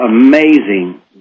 amazing